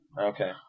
Okay